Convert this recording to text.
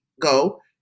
go